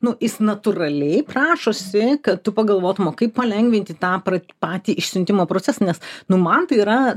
nu jis natūraliai prašosi kad tu pagalvotum o kaip palengvinti tą patį išsiuntimo procesą nes nu man tai yra